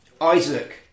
Isaac